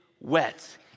wet